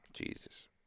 Jesus